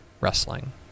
wrestling